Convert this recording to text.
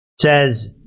says